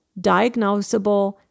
diagnosable